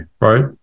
Right